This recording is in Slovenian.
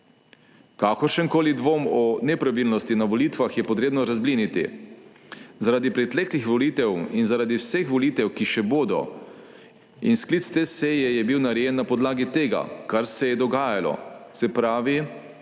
Kakršenkoli dvom o nepravilnosti na volitvah je potrebno razbliniti, zaradi preteklih volitev in zaradi vseh volitev, ki še bodo. In sklic te seje je bil narejen na podlagi tega, kar se je dogajalo, se pravi,